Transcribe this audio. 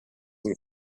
and